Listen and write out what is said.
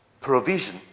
provision